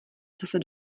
zase